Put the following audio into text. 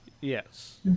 Yes